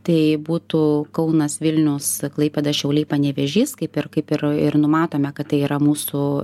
tai būtų kaunas vilnius klaipėda šiauliai panevėžys kaip ir kaip ir ir numatome kad tai yra mūsų